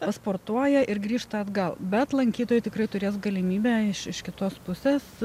pasportuoja ir grįžta atgal bet lankytojai tikrai turės galimybę iš iš kitos pusės